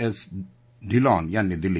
S Dhillon यांनी दिली